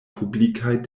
publikaj